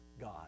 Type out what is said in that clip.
God